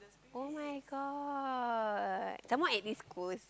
[oh]-my-god some more at East-Coast